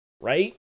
right